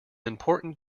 important